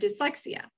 dyslexia